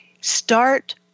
Start